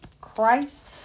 Christ